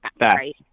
Right